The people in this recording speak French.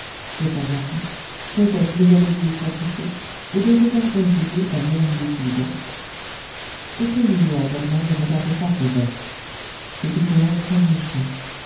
de temps en temps cosette levait les yeux de son tricot et les regardait jouer d'un air lugubre éponine et azelma ne regardaient pas cosette c'était pour elles comme le chien